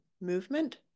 movement